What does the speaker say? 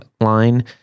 line